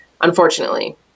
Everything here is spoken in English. unfortunately